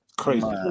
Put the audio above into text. Crazy